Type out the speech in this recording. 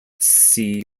sea